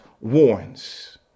warns